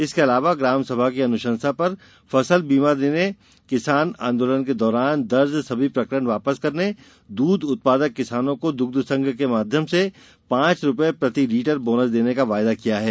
इसके अलावा ग्राम सभा की अनुशंसा पर फसल बीमा देने किसान आंदोलन के दौरान दर्ज सभी प्रकरण वापस करने दूध उत्पादक किसानों को दुग्ध संघ के माध्यम से पांच रुपए प्रति लीटर बोनस देने का वायदा किया है